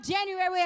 January